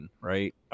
right